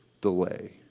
delay